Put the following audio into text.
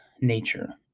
nature